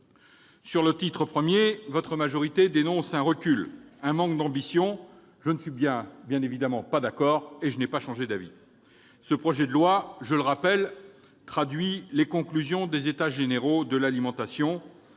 le titre I, votre majorité dénonce un recul, un manque d'ambition. Je ne suis évidemment pas d'accord et n'ai pas changé d'avis. Le projet de loi, je le rappelle, traduit les conclusions des États généraux de l'alimentation,